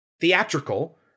theatrical